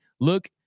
Look